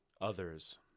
others